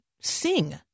sing